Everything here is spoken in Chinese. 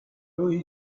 由于